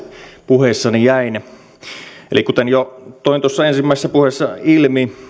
puheessani jäin eli kuten jo toin ensimmäisessä puheessa ilmi